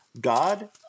God